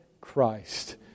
Christ